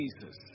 Jesus